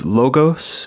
logos